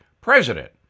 president